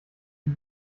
die